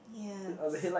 yeah it's